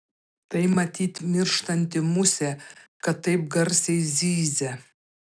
tai matyt mirštanti musė kad taip garsiai zyzia